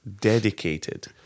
dedicated